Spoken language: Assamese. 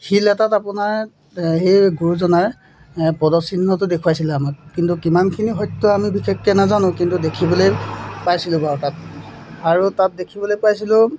শিল এটাত আপোনাৰ সেই গুৰুজনাৰ পদচিহ্নটো দেখুৱাইছিলে আমাক কিন্তু কিমানখিনি সত্য আমি বিশেষকৈ নাজানো কিন্তু দেখিবলৈ পাইছিলোঁ বাৰু তাত আৰু তাত দেখিবলৈ পাইছিলোঁ